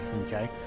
Okay